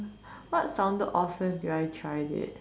what sounded awesome until I tried it